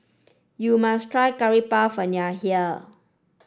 you must try Curry Puff when you are here